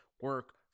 Work